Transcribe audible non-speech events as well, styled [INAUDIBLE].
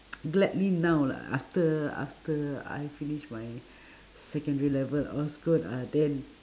[NOISE] gladly now lah after after I finish my [BREATH] secondary level of school ah then